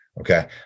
Okay